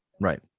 right